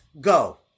go